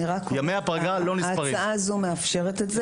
ימי הפגרה לא נספרים.